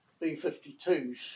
B-52s